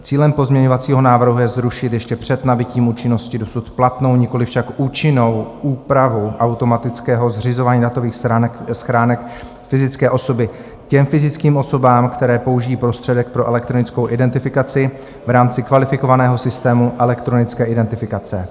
Cílem pozměňovacího návrhu je zrušit ještě před nabytím účinnosti dosud platnou, nikoliv však účinnou úpravu automatického zřizování datových schránek fyzické osoby těm fyzickým osobám, které použijí prostředek pro elektronickou identifikaci v rámci kvalifikovaného systému elektronické identifikace.